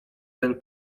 ten